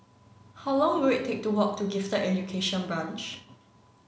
how long will take to walk to Gifted Education Branch